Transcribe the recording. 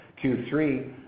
Q3